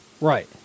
Right